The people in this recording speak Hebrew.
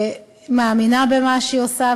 מאמינה במה שהיא עושה,